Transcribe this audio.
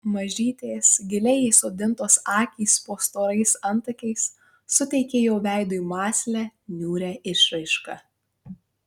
mažytės giliai įsodintos akys po storais antakiais suteikė jo veidui mąslią niūrią išraišką